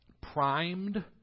primed